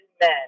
men